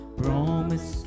promise